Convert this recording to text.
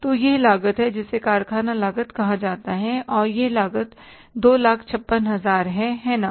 तो यह लागत है जिसे कारखाना लागत कहा जाता है और यह लागत 256000 है है ना